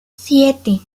siete